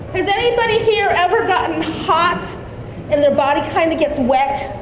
has anybody here ever gotten hot and their body kind of gets wet.